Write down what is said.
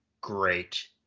great